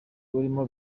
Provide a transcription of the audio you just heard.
urimo